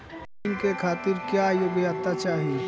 ऋण के खातिर क्या योग्यता चाहीं?